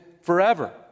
forever